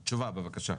תשובה, בבקשה.